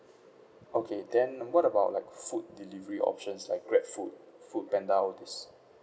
okay then what about like food delivery options like Grab food Foodpanda all this